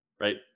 right